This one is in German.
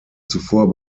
zuvor